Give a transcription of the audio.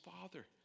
father